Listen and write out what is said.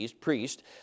priest